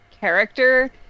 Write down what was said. character